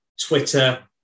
Twitter